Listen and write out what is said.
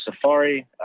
safari